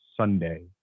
Sunday